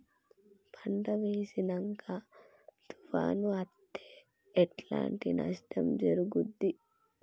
పంట వేసినంక తుఫాను అత్తే ఎట్లాంటి నష్టం జరుగుద్ది?